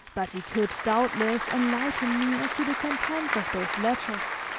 but he could, doubtless, enlighten me as to the contents of those letters,